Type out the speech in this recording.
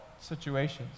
situations